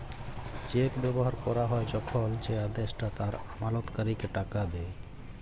check ব্যবহার ক্যরা হ্যয় যখল যে আদেষ্টা তার আমালতকারীকে টাকা দেয়